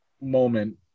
moment